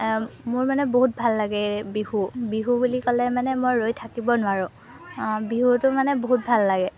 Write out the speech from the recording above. মোৰ মানে বহুত ভাল লাগে বিহু বিহু বুলি ক'লে মানে মই ৰৈ থাকিব নোৱাৰোঁ বিহুটো মানে বহুত ভাল লাগে